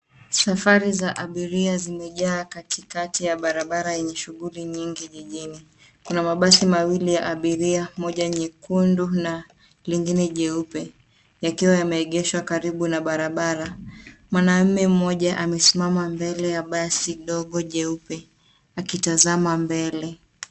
Safari za abiria zimejaa katikati ya barabara yenye shughuli nyingi jijini. Kuna mabasi mawili ya abiria moja nyekundu na lingine jeupe yakiwa yameegeshwa karibu na barabara. Mwanamume mmoja amesimama mbele ya basi dogo jeupe akiazama mbele.